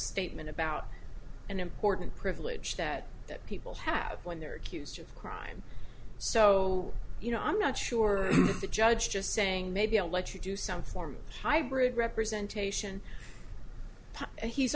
statement about an important privilege that that people have when they're accused of a crime so you know i'm not sure the judge just saying maybe i'll let you do some form of hybrid representation